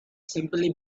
simply